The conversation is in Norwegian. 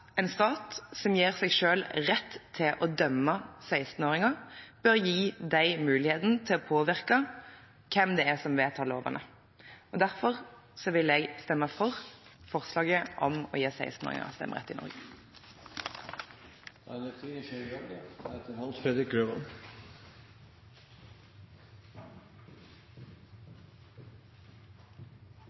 en stat som gir seg selv rett til å dømme 16-åringer, bør gi dem mulighet til å påvirke hvem det er som vedtar lovene. Derfor vil jeg stemme for forslaget om å gi 16-åringer stemmerett i Norge. Jeg må begynne med å beklage at jeg ikke rakk inn – det